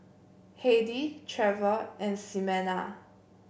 Heidy Trevor and Ximena